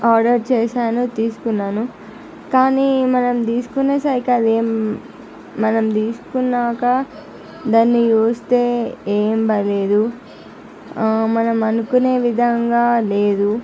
order చేసాను తీసుకున్నాను కానీ మనం తీసుకునే సరికి అది మనం తీసుకున్నాక దాన్ని చూస్తే ఏం బాలేదు మనం అనుకొనే విధంగా లేదు